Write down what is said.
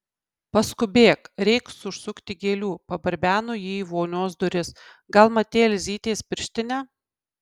paskubėk reiks užsukti gėlių pabarbeno ji į vonios duris gal matei elzytės pirštinę